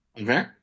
Okay